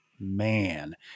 Man